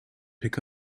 pick